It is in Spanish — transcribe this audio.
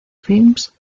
films